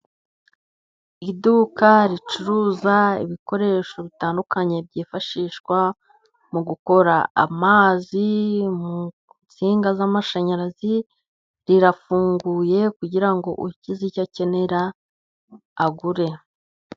Iduka ricuruza ibikoresho bitandukanye byifashishwa mu gukora amazi , mu nsinga z'amashanyarazi. Rirafunguye kugirango ugize icyo akenera agure.